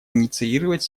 инициировать